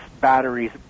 batteries